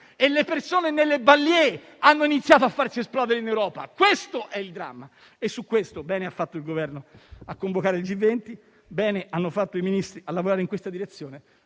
e le persone nelle *banlieu* hanno iniziato a farsi esplodere in Europa. Questo è il dramma e su questo bene ha fatto il Governo a convocare il G20 e bene hanno fatto i Ministri a lavorare in questa direzione;